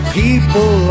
people